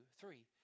three